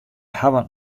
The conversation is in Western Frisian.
hawwe